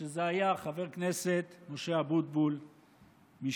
שזה היה חבר כנסת משה אבוטבול מש"ס.